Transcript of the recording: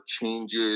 changes